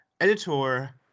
Editor